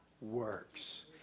works